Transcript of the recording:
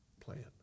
plan